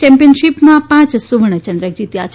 ચેમ્પીયનશીપમાં પાંચ સુવર્ણ ચંદ્રક જીત્યા છે